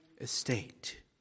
estate